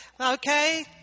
Okay